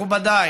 מכובדיי,